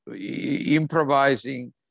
improvising